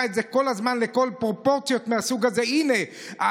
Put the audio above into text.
את זה כל הזמן לפרופורציות מהסוג הזה: הינה,